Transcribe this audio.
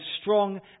strong